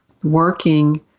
working